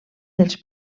dels